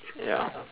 ya